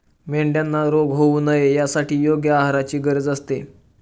मेंढ्यांना रोग होऊ नये यासाठी योग्य आहाराची गरज असते